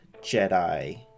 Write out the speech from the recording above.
Jedi